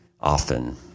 often